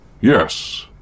Yes